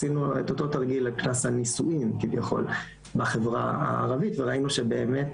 עשינו את אותו תרגיל על קנס הנישואין כביכול בחברה הערבית וראינו שבאמת